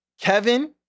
Kevin